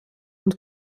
und